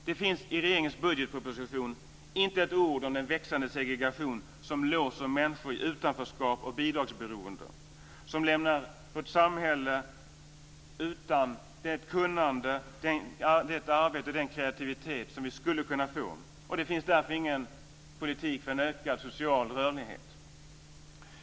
Det finns i regeringens budgetproposition inte ett ord om den växande segregation som låser människor i utanförskap och bidragsberoende och som lämnar vårt samhälle utan det kunnande, det arbete och den kreativitet som vi skulle kunna få. Och det finns därför ingen politik för en ökad social rörlighet.